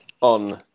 on